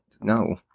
No